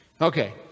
Okay